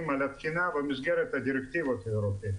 על התקינה במסגרת הדירקטיבה האירופית.